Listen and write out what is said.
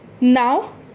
Now